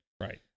Right